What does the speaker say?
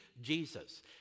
Jesus